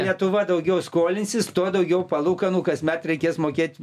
lietuva daugiau skolinsis tuo daugiau palūkanų kasmet reikės mokėt